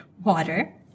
water